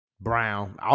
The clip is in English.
brown